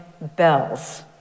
bells